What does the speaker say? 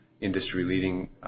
industry-leading